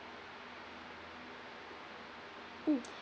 mm